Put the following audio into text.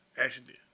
Accident